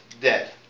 dead